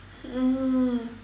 uh